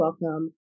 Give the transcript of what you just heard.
welcome